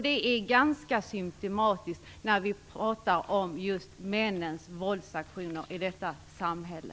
Det är ganska symtomatiskt, när vi pratar om just männens våldsaktioner i detta samhälle.